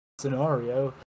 scenario